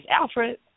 alfred